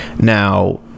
Now